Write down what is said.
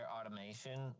automation